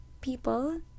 People